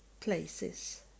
places